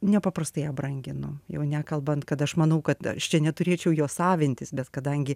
nepaprastai ją branginu jau nekalbant kad aš manau kad aš čia neturėčiau jos savintis bet kadangi